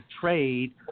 trade